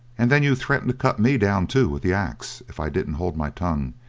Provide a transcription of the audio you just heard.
and then you threatened to cut me down, too, with the axe, if i didn't hold my tongue,